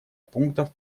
пунктов